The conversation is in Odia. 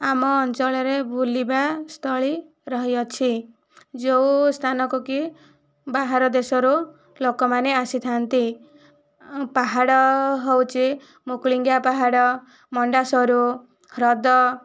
ଆମ ଅଞ୍ଚଳରେ ବୁଲିବା ସ୍ଥଳୀ ରହିଅଛି ଯେଉଁ ସ୍ଥାନକୁ କି ବାହାର ଦେଶରୁ ଲୋକମାନେ ଆସିଥାନ୍ତି ପାହାଡ଼ ହଉଛି ମୁକୁଳିଙ୍ଗା ପାହାଡ଼ ମଣ୍ଡାସୋର ହ୍ରଦ